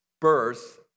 birth